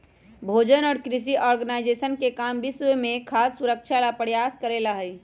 भोजन और कृषि ऑर्गेनाइजेशन के काम विश्व में खाद्य सुरक्षा ला प्रयास करे ला हई